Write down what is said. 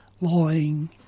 lying